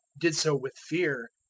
did so with fear.